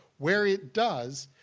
where it does,